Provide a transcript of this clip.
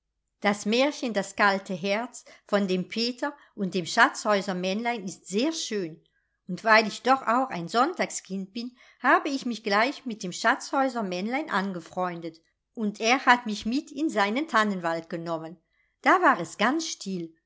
das märchen das kalte herz von dem peter und dem schatzhäusermännlein ist sehr schön und weil ich doch auch ein sonntagskind bin habe ich mich gleich mit dem schatzhäusermännlein angefreundet und er hat mich mit in seinen tannenwald genommen da war es ganz still